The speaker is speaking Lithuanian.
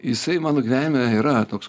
jisai mano gyvenime yra toks